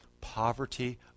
Poverty